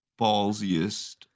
ballsiest